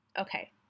Okay